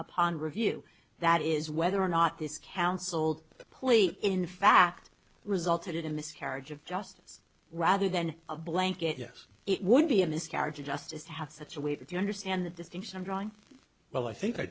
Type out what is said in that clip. upon review that is whether or not this counsel plea in fact resulted in a miscarriage of justice rather than a blanket yes it would be a miscarriage of justice to have such a way that you understand the distinction i'm drawing well i think i